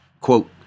Quote